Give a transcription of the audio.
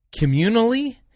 communally